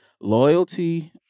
Loyalty